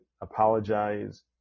apologize